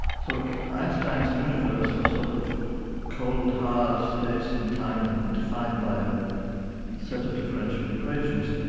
so einstein's universe of sort of cold, hard space and time and defined by a set of differential equations,